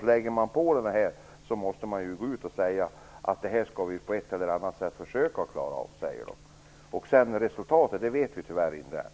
Blir man ålagd något måste man ju gå ut och säga att man på ett eller annat sätt skall försöka klara av det. Resultatet känner vi tyvärr inte till än.